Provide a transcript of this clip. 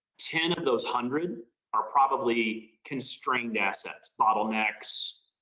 ten of those hundred are probably constrained assets, bottlenecks,